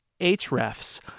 Hrefs